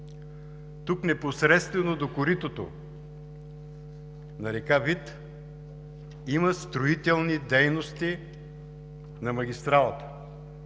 Непосредствено до коритото на река Вит има строителни дейности на магистралата.